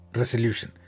resolution